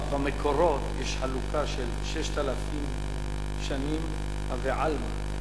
במקורות יש חלוקה של 6,000 שנים ושל "ועלמא".